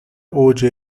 اوج